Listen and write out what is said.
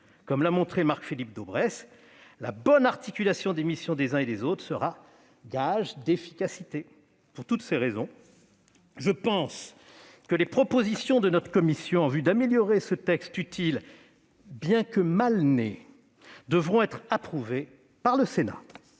Comme l'a montré Marc-Philippe Daubresse, la bonne articulation des missions des uns et des autres sera gage d'efficacité. Pour toutes ces raisons, les propositions de notre commission en vue d'améliorer ce texte utile, bien que mal né, me semblent devoir être approuvées par le Sénat.